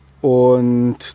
und